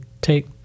take